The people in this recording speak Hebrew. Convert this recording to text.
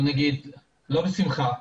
בוא נגיד לא בשמחה,